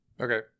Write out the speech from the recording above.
Okay